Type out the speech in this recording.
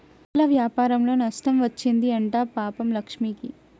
పువ్వుల వ్యాపారంలో నష్టం వచ్చింది అంట పాపం లక్ష్మికి